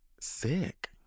sick